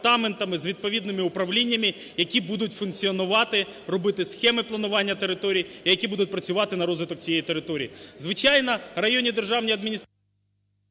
з відповідними управліннями, які будуть функціонувати, робити схеми планування територій і які будуть працювати на розвиток цієї території. Звичайно, районні державні адміністрації…